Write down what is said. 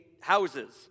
houses